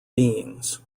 beings